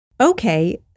Okay